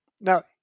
Now